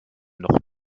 noch